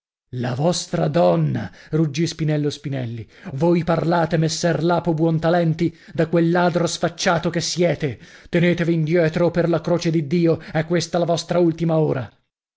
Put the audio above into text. la vostra donna ruggì spinello spinelli voi parlate messer lapo buontalenti da quel ladro sfacciato che siete tenetevi indietro o per la croce di dio è questa la vostra ultima ora